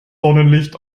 sonnenlicht